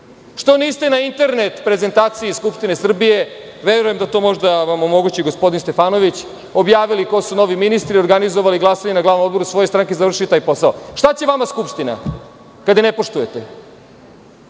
Što niste na internet prezentaciji Skupštine Srbije, verujem da to može da vam omogući gospodin Stefanović, objavili ko su novi ministri, organizovali glasanje na glavnom odboru svoje stranke, završili taj posao? Šta će vama Skupština kada je ne poštujete?